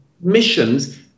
Missions